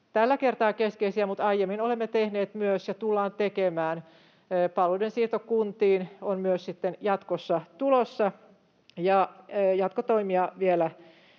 tällä kertaa niitä keskeisiä, mutta aiemmin olemme tehneet myös ja tulemme tekemään. Palveluiden siirto kuntiin on myös sitten jatkossa tulossa, ja jatkotoimia vielä